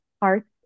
parts